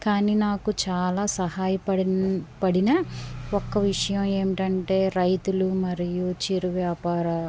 కానీ నాకు చాలా సహాయ పడిన పడిన ఒక్క విషయం ఏంటంటే రైతులు మరియు చిరు వ్యాపార